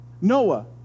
Noah